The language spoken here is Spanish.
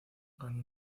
ganó